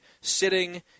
sitting